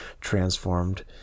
transformed